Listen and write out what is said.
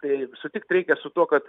tai sutikt reikia su tuo kad